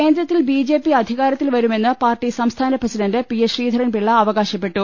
കേന്ദ്രത്തിൽ B J P അധികാരത്തിൽ വരുമെന്ന് പാർട്ടി സംസ്ഥാന പ്രസിഡന്റ് പി എസ് ശ്രീധരൻപിള്ള അവകാശപ്പെട്ടു